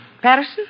Patterson